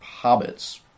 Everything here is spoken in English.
hobbits